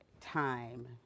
time